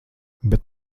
bet